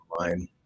online